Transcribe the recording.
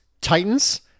Titans